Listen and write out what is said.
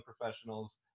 professionals